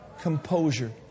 composure